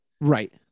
Right